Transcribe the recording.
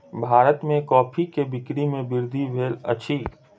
भारत में कॉफ़ी के बिक्री में वृद्धि भेल अछि